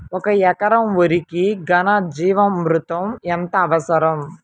ఒక ఎకరా వరికి ఘన జీవామృతం ఎంత అవసరం?